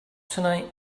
tonight